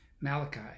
Malachi